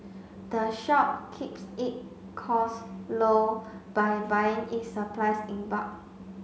the shop keeps it cost low by buying its supplies in bulk